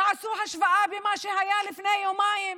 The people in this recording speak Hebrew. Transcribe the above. תעשו השוואה למה שהיה לפני יומיים.